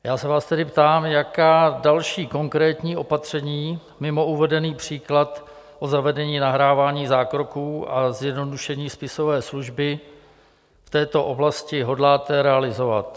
Já se vás tedy ptám, jaká další konkrétní opatření mimo uvedený příklad o zavedení nahrávání zákroků a zjednodušení spisové služby v této oblasti hodláte realizovat?